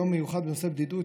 יום מיוחד בנושא בדידות,